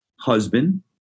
husband